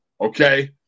okay